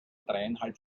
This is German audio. dreieinhalb